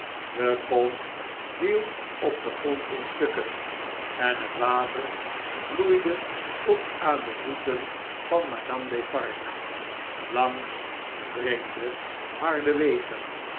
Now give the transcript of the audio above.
de kom viel op den grond in stukken en het water vloeide tot aan de voeten van madame defarge langs vreemde harde wegen